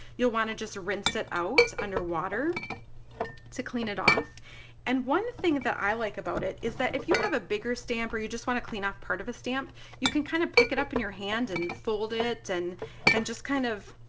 you'll want to just rinse it out under water to clean it off and one thing that i like about it is that if you have a bigger stamp or you just want to clean off part of a stamp you can kind of pick it up in your hand and fold it and and just kind of